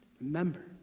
remember